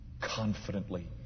confidently